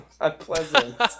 unpleasant